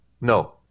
no